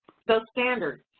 so standards.